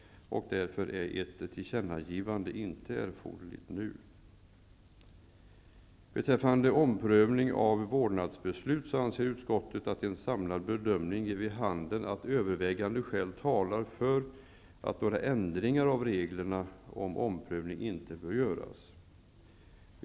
Därför är ett tillkännagivande inte erforderligt. Utskottet anser att en samlad bedömning ger vid handen att övervägande skäl talar för att några ändringar av reglerna om omprövning av vårdnadsbeslut inte bör göras.